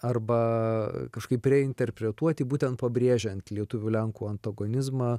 arba kažkaip interpretuoti būtent pabrėžiant lietuvių lenkų antagonizmą